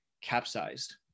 capsized